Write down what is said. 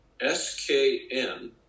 S-K-N